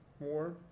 more